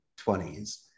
20s